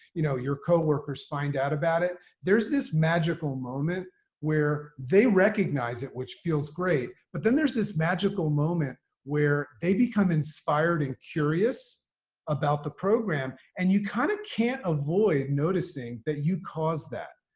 you know your coworkers, find out about it. there's this magical moment where they recognize it, which feels great. but then there's this magical moment where they become inspired and curious about the program. and you kind of can't avoid noticing that you caused that.